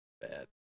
bad